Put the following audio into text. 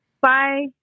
Bye